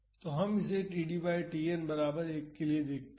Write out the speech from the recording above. तो अब इसे td बाई Tn बराबर 1 के लिए देखते है